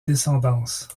descendance